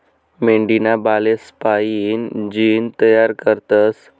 मेंढीना बालेस्पाईन जीन तयार करतस